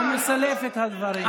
הוא מסלף את הדברים,